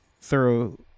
thorough